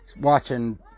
watching